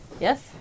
Yes